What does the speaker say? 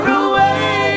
away